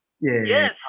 yes